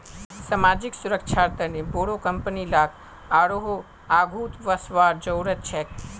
सामाजिक सुरक्षार तने बोरो कंपनी लाक आरोह आघु वसवार जरूरत छेक